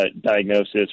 diagnosis